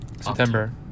September